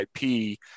IP